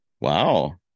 Wow